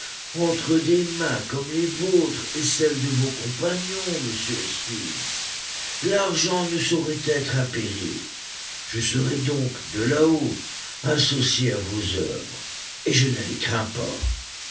entre des mains comme les vôtres et celles de vos compagnons monsieur smith l'argent ne saurait être un péril je serai donc de làhaut associé à vos oeuvres et je ne les crains pas